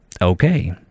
Okay